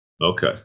Okay